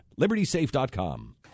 LibertySafe.com